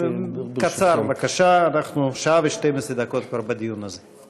קצר בבקשה, אנחנו שעה ו-12 דקות כבר בדיון הזה.